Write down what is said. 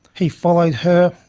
he followed her,